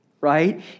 Right